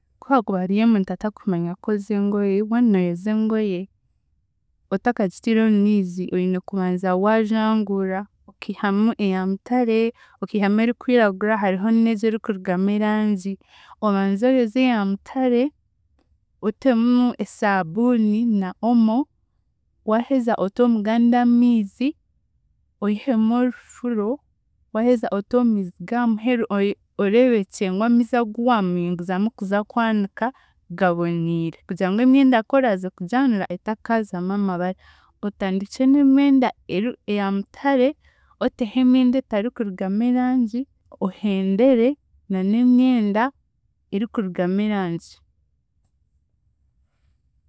Ku haakuba hariyo omuntu atakumanya kwozya engoyi, waanooyoza engoye otakagitiire omu miizi, oine kubanza waajangurura okiihamu eya mutare, okiihamu erikwiragura hariho n'egyo erikurugamu erangi. Obanze oyozye eya mutare, otemu esabuuni na omo, waaheza ote omu gandi amiizi, oihemu orufuro, waaheza ote omu miizi g'aha muheru oi- oreebekye ngu amiizi agu waamunyunguzamu kuza kwanika gaboniire, kugira ngu emyenda kworaaze kugyanura etakaazamu amabara. Otandikye n'emyenda eri eya mutare, oteho emyenda etarikurugamu erangi, ohendere na n'emyenda erikurugamu erangi.